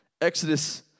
Exodus